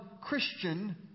Christian